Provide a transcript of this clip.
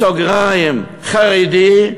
בסוגריים, "חרדי",